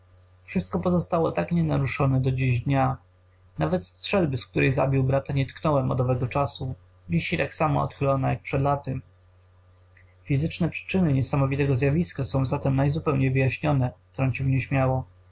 wszystko pozostało tak nieruszone do dziś dnia nawet strzelby z której zabił brata nie tknąłem od owego czasu wisi tak samo odchylona jak przed laty fizyczne przyczyny niesamowitego zjawiska są zatem najzupełniej wyjaśnione wtrącił nieśmiało